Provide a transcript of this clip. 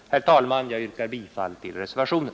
Herr talman! Jag yrkar bifall till reservationen.